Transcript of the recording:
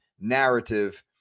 narrative